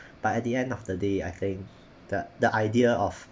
but at the end of the day I think the that idea of